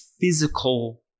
physical